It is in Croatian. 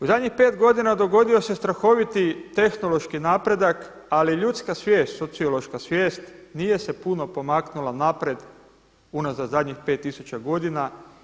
U zadnjih 5 godina dogodio se strahoviti tehnološki napredak ali ljudska svijest, sociološka svijest nije se puno pomaknula unaprijed unazad zadnjih 5 tisuća godina.